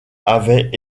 avaient